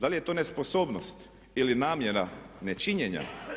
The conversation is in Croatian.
Da li je to nesposobnost ili namjera nečinjenja?